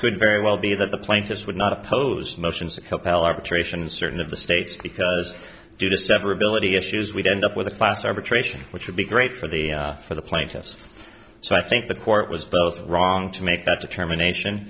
could very well be that the plaintiffs would not oppose motions a couple arbitration in certain of the states because due to sever ability issues we don't up with a class arbitration which would be great for the for the plaintiffs so i think the court was both wrong to make that determination